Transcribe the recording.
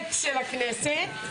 הכנסת,